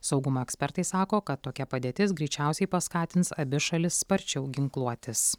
saugumo ekspertai sako kad tokia padėtis greičiausiai paskatins abi šalis sparčiau ginkluotis